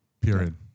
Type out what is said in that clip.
Period